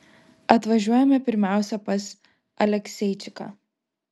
atvažiuojame pirmiausia pas alekseičiką